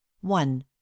One